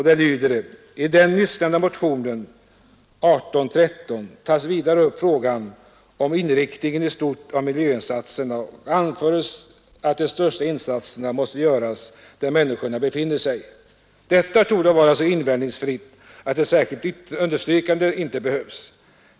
Det lyder: ”I den nyssnämnda motionen 1972:1813 tas vidare upp frågan om inriktningen i stort av miljöinsatserna och anförs att de största insatserna måste göras där människorna befinner sig. Detta torde vara så invändningsfritt att ett särskilt understrykande inte behövs.